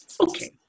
okay